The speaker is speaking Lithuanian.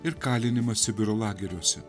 ir kalinimą sibiro lageriuose